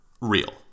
real